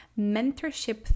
mentorship